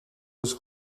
was